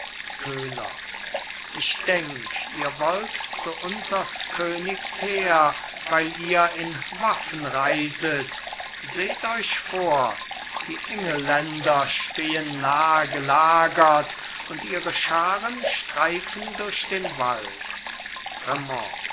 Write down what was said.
köhler ich denk ihr wollt zu unsers königs heer weil ihr in waffen reiset seht euch vor die engelländer stehen nah gelagert und ihre scharen streifen durch den wald